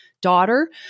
daughter